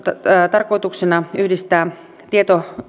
tarkoituksena yhdistää tieto